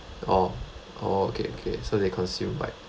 oh oh okay okay so they consume right